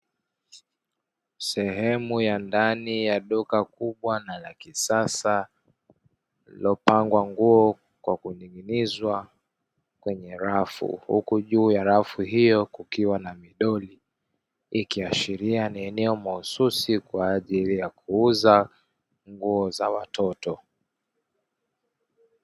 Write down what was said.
Sehemu ya ndani ya duka kubwa na la kisasa lililopangwa nguo kwa kuning'inizwa kwenye rafu huku juu ya rafu hiyo kukiwa na midoli. Ikiashiria ni eneo la mahususi kwa ajili ya kuuza nguo za watoto.